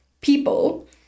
people